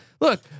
look